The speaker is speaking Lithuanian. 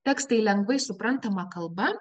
tekstai lengvai suprantama kalba